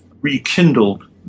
Rekindled